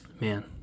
man